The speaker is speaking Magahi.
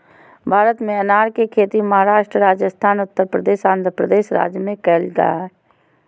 भारत में अनार के खेती महाराष्ट्र, राजस्थान, उत्तरप्रदेश, आंध्रप्रदेश राज्य में कैल जा हई